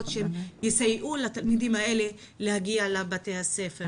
שיסייעו לתלמידים האלה להגיע לבתי הספר.